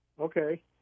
okay